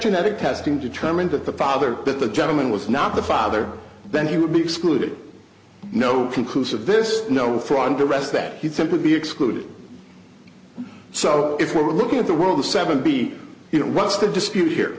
genetic testing determined that the father that the gentleman was not the father then he would be excluded no conclusive this no fly under arrest that he simply be excluded so if we're looking at the world the seven b you know what's the dispute here